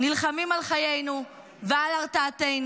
נלחמים על חיינו ועל ההרתעה,